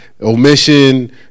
omission